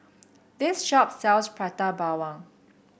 this shop sells Prata Bawang